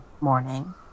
morning